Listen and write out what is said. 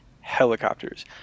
helicopters